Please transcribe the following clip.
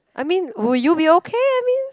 I mean would you be okay I mean